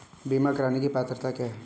बीमा करने की पात्रता क्या है?